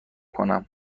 کنم